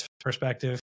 perspective